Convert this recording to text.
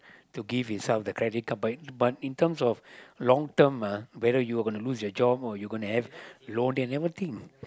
to give itself the credit card but in terms of long term ah whether you are gonna loss your job or you gonna have loan and everything